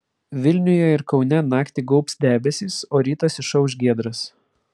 vilniuje ir kaune naktį gaubs debesys o rytas išauš giedras